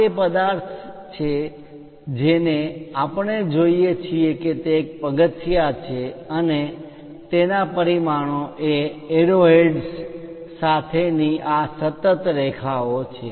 આ તે પદાર્થ છે જેને આપણે જોઈએ છીએ તે એક પગથિયા સ્ટેપ છે અને તેના પરિમાણો એ એરોહેડ્સ સાથેની આ સતત રેખાઓ છે